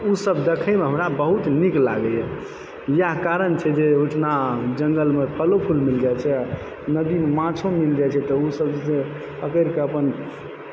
तऽ ओसभ देखयमे हमरा बहुत नीक लागैए इएह कारण छै जे ओहिठिना जंगलमे फलो फूल मिल जाइत छै नदीमे माछो मिल जाइत छै तऽ ओसभ जे छै से पकड़िके अपन